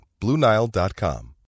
BlueNile.com